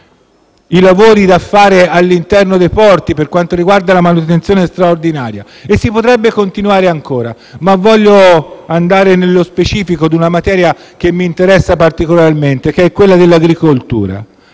i lavori da fare all'interno dei porti e la manutenzione straordinaria. Si potrebbe continuare ancora, ma voglio andare nello specifico di una materia che mi interessa particolarmente, quella dell'agricoltura.